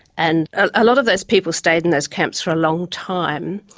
and a lot of those people stayed in those camps for a long time,